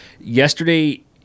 yesterday